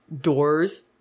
doors